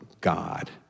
god